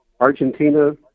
Argentina